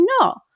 no